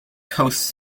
hosts